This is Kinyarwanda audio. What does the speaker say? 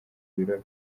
biro